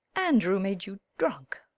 andrew made you drunk!